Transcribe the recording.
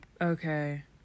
Okay